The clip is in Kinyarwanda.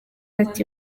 ati